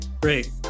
great